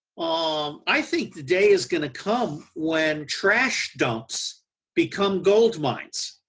um i think the day is going to come when trash dumps become gold mines.